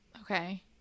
Okay